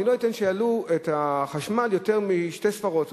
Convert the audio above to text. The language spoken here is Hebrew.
אני לא אתן שיעלו את מחיר החשמל בשתי ספרות,